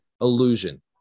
illusion